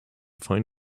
find